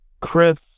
Chris